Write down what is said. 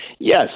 Yes